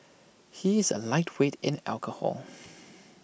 he is A lightweight in alcohol